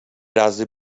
razy